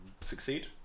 ...succeed